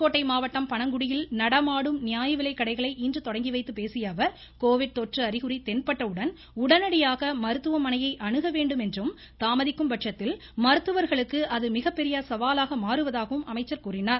புதுக்கோட்டை மாவட்டம் பனங்குடியில் நடமாடும் நியாயவிலைக்கடைகளை இன்று தொடங்கி வைத்து பேசிய அவர் கோவிட் தொற்று அறிகுறி தென்பட்டவுடன் உடனடியாக மருத்துவமனையை அணுக வேண்டுமென்றும் தாமதிக்கும் பட்சத்தில் மருத்துவர்களுக்கு அது மிகப்பெரிய சவாலாக மாறுவதாகவும் அமைச்சர் கூறினார்